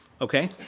Okay